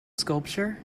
sculpture